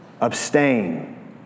Abstain